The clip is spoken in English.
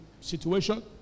situation